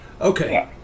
Okay